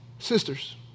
Sisters